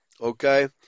Okay